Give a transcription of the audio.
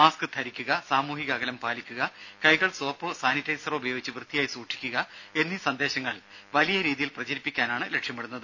mask ധരിക്കുക സാമൂഹിക അകലം പാലിക്കുക കൈകൾ സോപ്പോ സാനിറ്റൈസറോ ഉപയോഗിച്ച് വൃത്തിയായി സൂക്ഷിക്കുക എന്നീ സന്ദേശങ്ങൾ വലിയ രീതിയിൽ പ്രചരിപ്പിക്കാനാണ് ലക്ഷ്യമിടുന്നത്